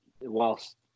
whilst